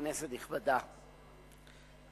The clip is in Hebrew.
כנסת נכבדה,